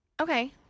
okay